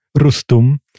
Rustum